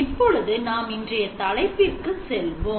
இப்பொழுது நாம் இன்றைய தலைப்பிற்கு செல்லுவோம்